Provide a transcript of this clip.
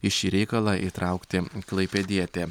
į šį reikalą įtraukti klaipėdietę